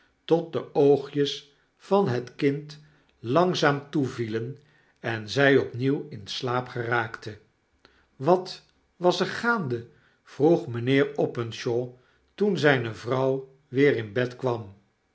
tot de oogjes van het kind langzaam toevielen en zy opnieuw in slaap geraakte wat was er gaande vroeg mynheer openshaw toen zyne vrouw weer in bed kwam